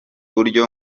buryo